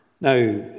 Now